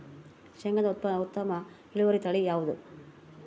ಶೇಂಗಾದ ಉತ್ತಮ ಇಳುವರಿ ತಳಿ ಯಾವುದು?